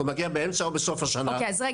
הוא מגיע באמצע או בסוף השנה.